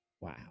Wow